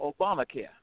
Obamacare